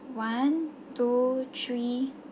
one two three